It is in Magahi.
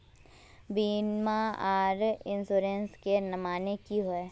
बीमा आर इंश्योरेंस के माने की होय?